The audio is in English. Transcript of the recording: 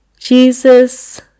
Jesus